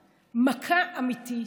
מכה, מכה אמיתית.